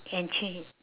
and change